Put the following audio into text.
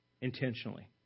intentionally